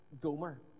Gomer